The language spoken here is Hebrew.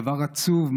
דבר עצוב,